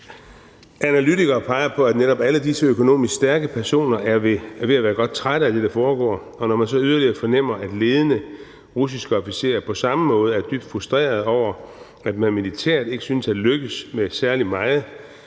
Analytikere peger på, at netop alle disse økonomisk stærke personer er ved at være godt trætte af det, der foregår, og når man så yderligere fornemmer, at ledende russiske officerer på samme måde er dybt frustrerede over, at man militært ikke synes at lykkes med særlig meget,